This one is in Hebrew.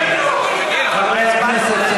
תבקש סליחה חברי הכנסת,